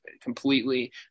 completely